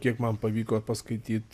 kiek man pavyko paskaityt